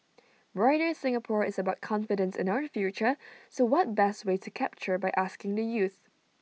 brighter Singapore is about confidence in our future so what best way to capture by asking the youth